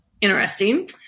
interesting